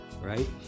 Right